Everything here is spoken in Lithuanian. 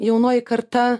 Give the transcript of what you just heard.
jaunoji karta